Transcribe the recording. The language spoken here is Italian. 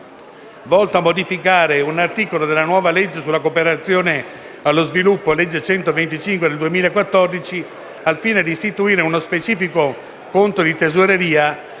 volto a modificare un articolo della nuova legge sulla cooperazione allo sviluppo (legge 11 agosto 2014, n. 125), al fine di istituire uno specifico conto di tesoreria